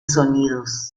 sonidos